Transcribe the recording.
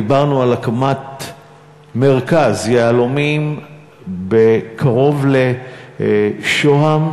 ודיברנו על הקמת מרכז יהלומים קרוב לשוהם,